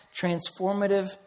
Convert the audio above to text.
transformative